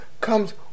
comes